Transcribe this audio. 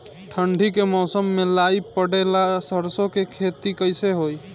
ठंडी के मौसम में लाई पड़े ला सरसो के खेती कइसे होई?